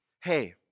hey